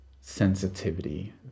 sensitivity